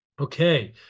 Okay